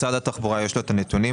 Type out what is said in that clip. משרד התחבורה יש לו את הנתונים.